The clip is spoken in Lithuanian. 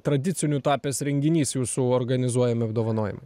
tradiciniu tapęs renginys jūsų organizuojami apdovanojimai